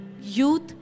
youth